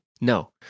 No